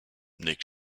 nick